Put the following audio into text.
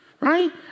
Right